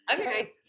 okay